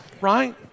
right